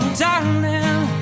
darling